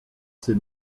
ses